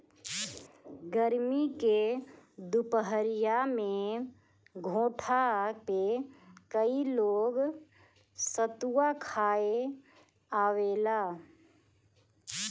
गरमी के दुपहरिया में घोठा पे कई लोग सतुआ खाए आवेला